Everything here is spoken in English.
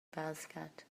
basket